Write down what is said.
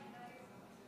הכנסת,